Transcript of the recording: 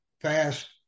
fast